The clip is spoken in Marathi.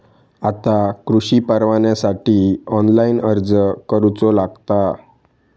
आता कृषीपरवान्यासाठी ऑनलाइन अर्ज करूचो लागता